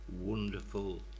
wonderful